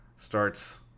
Starts